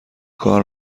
کار